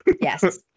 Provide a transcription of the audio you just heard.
yes